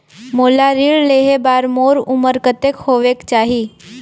मोला ऋण लेहे बार मोर उमर कतेक होवेक चाही?